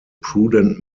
prudent